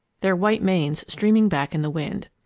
their white manes streaming back in the wind.